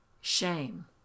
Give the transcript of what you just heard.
shame